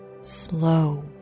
slow